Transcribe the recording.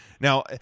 Now